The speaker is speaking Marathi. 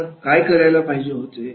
आपण काय करायला पाहिजे होते